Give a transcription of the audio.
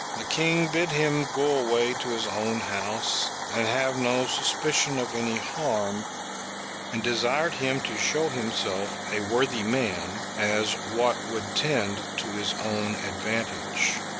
the king bid him go away to his own house, and have no suspicion of any harm and desired him to show himself a worthy man, as what would tend to his own advantage.